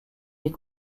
est